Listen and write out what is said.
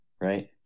right